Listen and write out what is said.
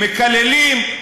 מקללים,